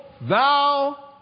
thou